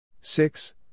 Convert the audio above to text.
six